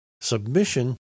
submission